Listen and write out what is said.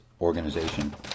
organization